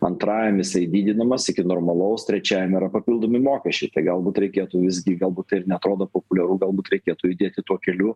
antrajam jisai didinamas iki normalaus trečiajam yra papildomi mokesčiai galbūt reikėtų visgi galbūt tai ir neatrodo populiaru galbūt reikėtų judėti tuo keliu